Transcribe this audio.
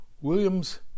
William's